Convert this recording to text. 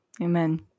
amen